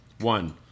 One